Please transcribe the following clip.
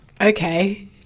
Okay